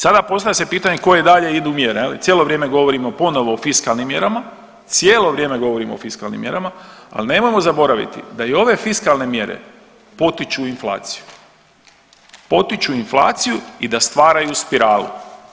Sada postavlja se pitanje koje dalje idu mjere? cijelo vrijeme govorimo ponovo o fiskalnim mjerama, cijelo vrijeme govorimo o fiskalnim mjerama, ali nemojmo zaboraviti da i ove fiskalne mjere potiču inflaciju, potiču inflaciju i da stvaraju spiralu.